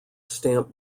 stamp